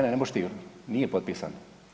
Nije potpisan.